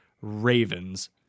Ravens